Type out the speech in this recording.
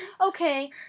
okay